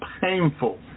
painful